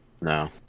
No